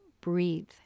breathe